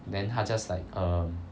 then 她 just like um